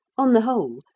on the whole,